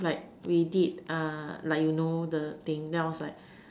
like we did like you know the thing then I was like